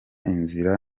inzira